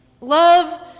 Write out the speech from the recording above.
Love